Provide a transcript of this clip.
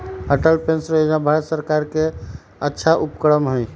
Atal pension योजना भारत सर्कार के अच्छा उपक्रम हई